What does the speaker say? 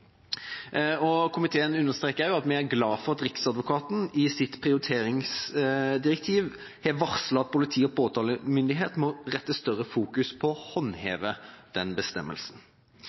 komiteen. Komiteen understreker at vi er glad for at Riksadvokaten i sitt prioriteringsdirektiv har varslet at politi og påtalemyndighet i større grad må fokusere på å håndheve denne bestemmelsen. I den